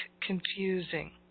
confusing